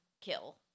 kill